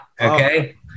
Okay